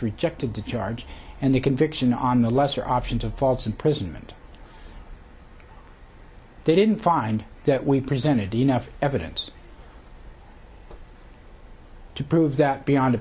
rejected the charge and the conviction on the lesser options of false imprisonment they didn't find that we've presented enough evidence to prove that beyond